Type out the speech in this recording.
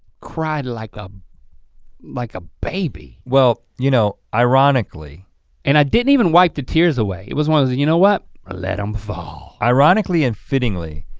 cried like um like a baby. well you know ironically and i didn't even wipe the tears away. it was, you know what, ah let em fall. ironically and fittingly,